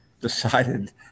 decided